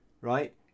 right